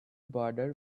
boarder